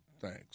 thanks